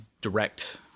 direct